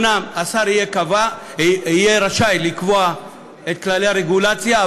אומנם השר יהיה רשאי לקבוע את כללי הרגולציה,